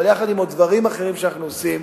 אבל יחד עם עוד דברים אחרים שאנחנו עושים,